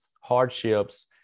hardships